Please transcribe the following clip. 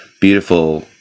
beautiful